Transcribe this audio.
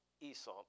Esau